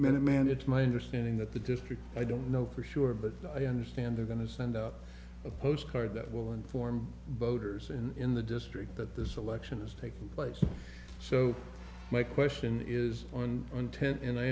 minuteman it's my understanding that the district i don't know for sure but i understand they're going to send out a postcard that will inform boaters in the district that this election is taking place so my question is on intent and i